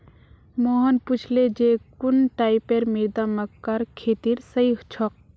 मोहन पूछले जे कुन टाइपेर मृदा मक्कार खेतीर सही छोक?